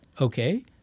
Okay